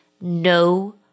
no